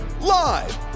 live